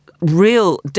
real